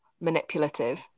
manipulative